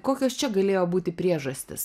kokios čia galėjo būti priežastys